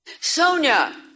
Sonia